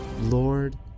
Lord